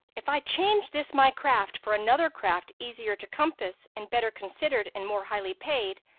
if i change this my craft for another craft easier to compass and better considered and more highly paid,